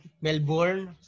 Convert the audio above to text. Melbourne